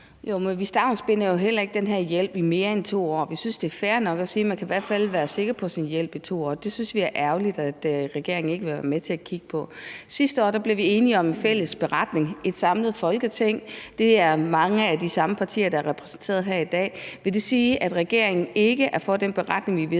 Jo, men vi stavnsbinder jo heller ikke den her hjælp i mere end 2 år. Vi synes, det er fair nok at sige, at man i hvert fald kan være sikker på sin hjælp i 2 år. Det synes vi er ærgerligt at regeringen ikke vil være med til at kigge på. Sidste år blev et samlet Folketing enige om en fælles beretning, og det er mange af de samme partier, der er repræsenteret her i dag. Vil det sige, at regeringen ikke er for den beretning, vi vedtog